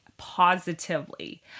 positively